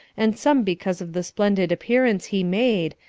and some because of the splendid appearance he made,